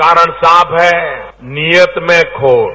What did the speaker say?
कारण साफ है नियत में खोट